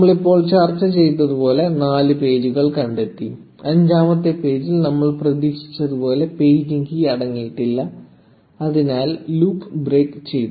നമ്മൾ ഇപ്പോൾ ചർച്ച ചെയ്തതുപോലെ നാല് പേജുകൾ കണ്ടെത്തി അഞ്ചാമത്തെ പേജിൽ നമ്മൾ പ്രതീക്ഷിച്ചതുപോലെ പേജിംഗ് കീ അടങ്ങിയിട്ടില്ല അതിനാൽ ലൂപ്പ് ബ്രേക്ക് ചെയ്തു